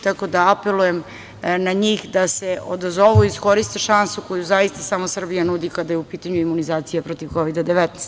Tako da apelujem na njih da se odazovu i iskoriste šansu koju zaista samo Srbija nudi kada je u pitanju imunizacija protiv Kovida-19.